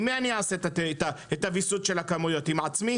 עם מי אני אעשה את הוויסות של הכמויות, עם עצמי?